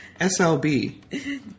SLB